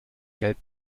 gelb